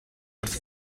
wrth